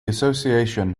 association